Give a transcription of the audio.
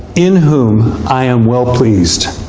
in whom i am well pleased.